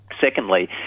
Secondly